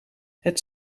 het